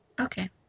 Okay